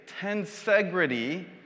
tensegrity